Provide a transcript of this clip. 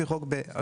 לפי חוק,